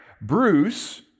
Bruce